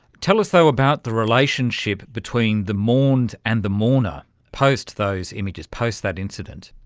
tell us though about the relationship between the mourned and the mourner post those images, post that incident?